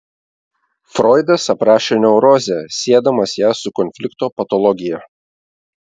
froidas aprašė neurozę siedamas ją su konflikto patologija